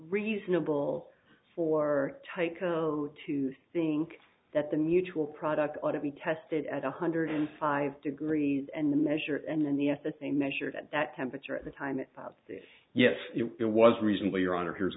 reasonable for tycho to think that the mutual product ought to be tested at a hundred and five degrees and the measure and then the s s a measured at that temperature at the time of yes it was reasonably your honor here's